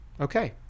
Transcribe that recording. okay